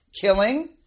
killing